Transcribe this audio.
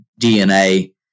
DNA